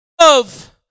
love